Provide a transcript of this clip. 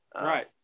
Right